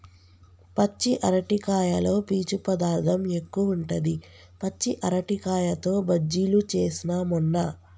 పచ్చి అరటికాయలో పీచు పదార్ధం ఎక్కువుంటది, పచ్చి అరటికాయతో బజ్జిలు చేస్న మొన్న